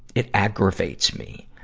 it aggravates me.